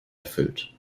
erfüllt